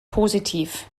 positiv